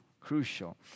crucial